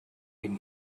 been